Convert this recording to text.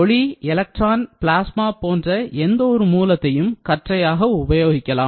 ஒளி electron plasma போன்ற எந்த ஒரு மூலத்தையும் கற்றையாக உபயோகிக்கலாம்